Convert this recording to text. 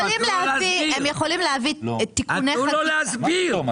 תנו לו להסביר.